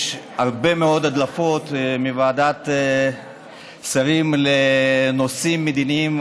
הרבה מאוד הדלפות מוועדת השרים לנושאים מדיניים,